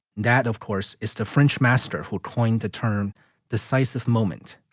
that, of course, is the french master who coined the term decisive moment.